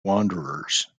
wanderers